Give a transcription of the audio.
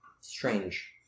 Strange